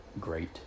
Great